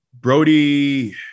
Brody